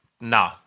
No